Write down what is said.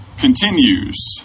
continues